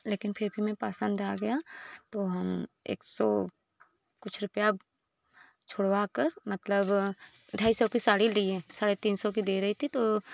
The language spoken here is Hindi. लेकिन फिर भी हमें पसंद आ गया तो हम एक सौ कुछ रुपया छुड़वाकर मतलब ढाई सौ की साड़ी लिए साढ़े तीन सौ की दे रही थी तो